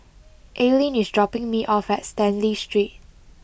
Aileen is dropping me off at Stanley Street